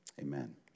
Amen